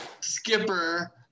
Skipper